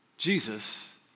Jesus